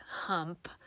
hump